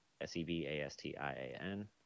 S-E-B-A-S-T-I-A-N